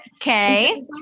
Okay